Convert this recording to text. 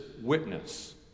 witness